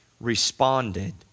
responded